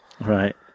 Right